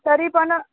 तरी पण